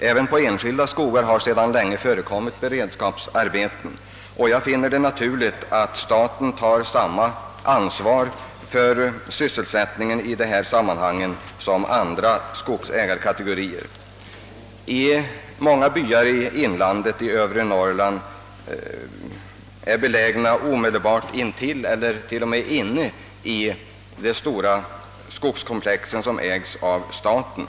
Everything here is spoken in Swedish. Även på enskilda skogar har sedan länge förekommit beredskapsarbeten, och jag finner det naturligt att staten tar samma ansvar för sysselsättningen i dessa sammanhang som andra skogsägarkategorier. Många byar i övre Norrlands inland är belägna omedelbart intill eller t.o.m. inne i de stora skogskomplex som ägs av staten.